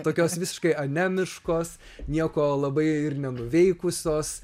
tokios visiškai anemiškos nieko labai ir nenuveikusios